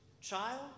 child